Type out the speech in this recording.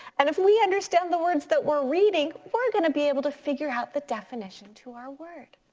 and if we understand the words that we're reading, we're gonna be able to figure out the definition to our word.